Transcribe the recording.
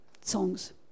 songs